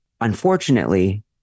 Unfortunately